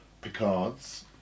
Picards